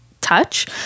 touch